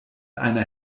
einer